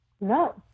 no